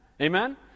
Amen